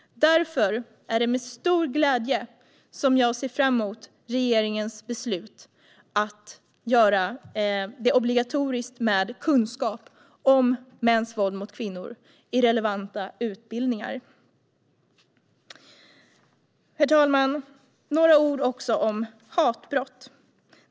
Därför är det med stor glädje jag ser fram emot regeringens beslut att göra det obligatoriskt med kunskap om mäns våld mot kvinnor i relevanta utbildningar. Herr talman! Jag ska även säga några ord om hatbrott.